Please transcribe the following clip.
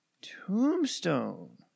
tombstone